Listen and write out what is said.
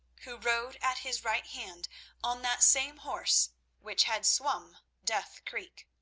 who rode at his right hand on that same horse which had swum death creek.